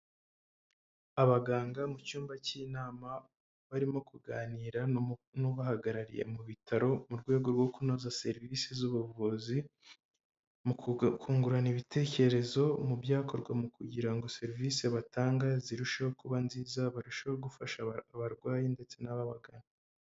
Abaganga mu cyumba cy'inama barimo kuganira n'ubahagarariye mu bitaro mu rwego rwo kunoza serivisi z'ubuvuzi mu kungurana ibitekerezo mu byakorwa mu kugira ngo serivisi batanga zirusheho kuba nziza barusheho gufasha abarwayi ndetse n'ababagana.